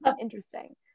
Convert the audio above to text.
interesting